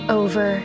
over